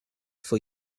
for